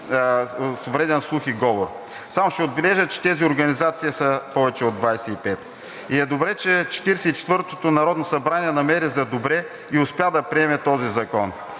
с увреден слух и говор. Само ще отбележа, че тези организации са повече от 25 и е добре, че Четиридесет и четвъртото народно събрание намери за добре и успя да приеме този закон.